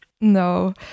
No